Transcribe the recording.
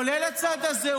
כולל הצד הזה,